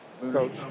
Coach